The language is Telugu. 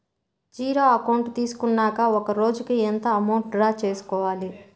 జీరో అకౌంట్ తీసుకున్నాక ఒక రోజుకి ఎంత అమౌంట్ డ్రా చేసుకోవాలి?